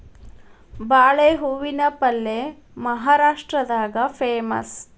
ಬಾಳೆ ಹೂವಿನ ಪಲ್ಯೆ ಮಹಾರಾಷ್ಟ್ರದಾಗ ಪೇಮಸ್